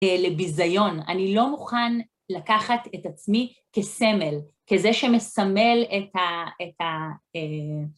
לביזיון, אני לא מוכן לקחת את עצמי כסמל, כזה שמסמל את ה...